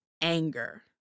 Anger